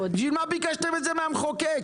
בשביל מה ביקשתם את זה מהמחוקק?